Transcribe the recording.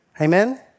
Amen